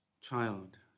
child